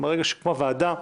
ברגע שהוקמה ועדה,